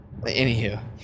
Anywho